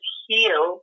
heal